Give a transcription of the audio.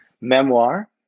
memoir